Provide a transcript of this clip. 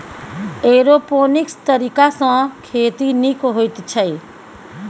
aeroponics तरीकासँ खेती नीक होइत छै